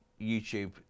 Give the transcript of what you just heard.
YouTube